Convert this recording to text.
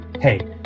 Hey